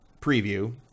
preview